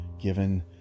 given